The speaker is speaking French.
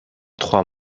trois